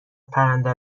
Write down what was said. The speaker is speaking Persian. پرنده